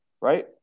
right